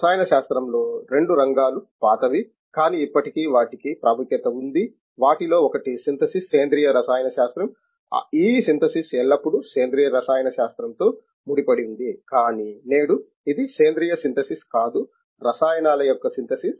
రసాయన శాస్త్రంలో రెండు రంగాలు పాతవి కానీ ఇప్పటికీ వాటికి ప్రాముఖ్యత ఉంధి వాటిలో ఒకటి సింథసిస్ సేంద్రీయ రసాయన శాస్త్రం ఈ సింథసిస్ ఎల్లప్పుడూ సేంద్రీయ రసాయన శాస్త్రంతో ముడిపడి ఉంది కానీ నేడు ఇది సేంద్రీయ సింథెసిస్ కాదు రసాయనాల యొక్క సింథసిస్